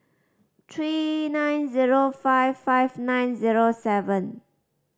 three nine zero five five nine zero seven